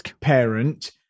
parent